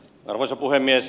arvoisa puhemies